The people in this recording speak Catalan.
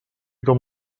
com